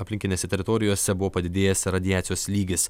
aplinkinėse teritorijose buvo padidėjęs radiacijos lygis